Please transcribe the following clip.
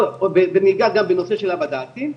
וניגע גם בנושא של הבד"צים,